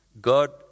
God